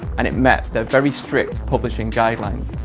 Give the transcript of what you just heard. and it met their very strict publishing guidelines.